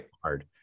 hard